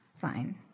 Fine